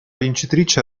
vincitrice